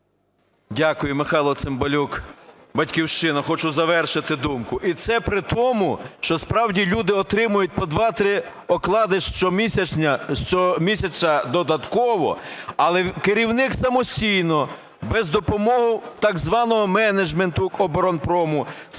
Дякую. Михайло Цимбалюк, "Батьківщина". Хочу завершити думку. І це при тому, що справді люди отримують по 2-3 оклади щомісяця додатково, але керівник самостійно без допомоги так званого менеджменту оборонпрому сам